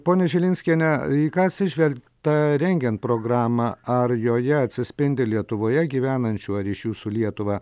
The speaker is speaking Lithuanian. ponia žilinskiene į ką atsižvelgta rengiant programą ar joje atsispindi lietuvoje gyvenančių ar ryšių su lietuva